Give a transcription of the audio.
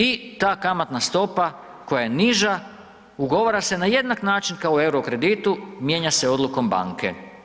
I, ta kamatna stopa koja je niža, ugovara se na jednak način kao u euro kreditu, mijenja se odlukom banke.